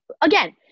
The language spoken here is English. again